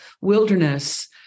wilderness